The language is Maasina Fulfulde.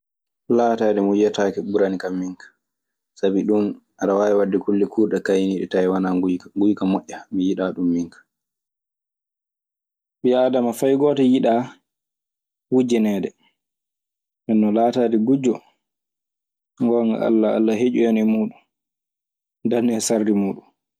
Laataade mo yiyetaake ɓuranikan min ka. sabi ɗun aɗe waawi waɗde kulle kuurɗe kañun e tawi wanaa nguyka nguyka moƴƴa. Mi yiɗaa ɗun minka. Ɓii aadama fay gooto yiɗaa wujjaneede. Nden non laataade gujjo, so ngoonga Alla, Alla heƴu en e muuɗun, danda en e sardi muuɗun.